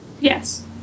yes